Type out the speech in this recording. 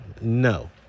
No